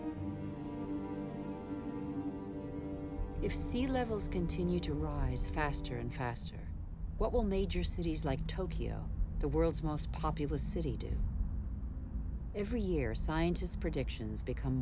land if sea levels continue to rise faster and faster what will major cities like tokyo the world's most populous city do every year scientists predictions become